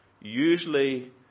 usually